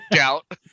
out